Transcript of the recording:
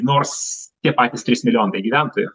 nors tie patys trys milijonai gyventojų